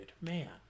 man